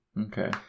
Okay